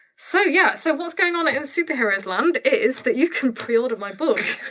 so yeah. so, what's going on in superheroes land is that you can pre-order my book